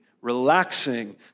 relaxing